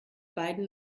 beiden